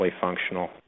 functional